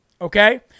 okay